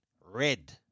Red